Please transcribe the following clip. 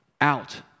out